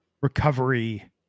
recovery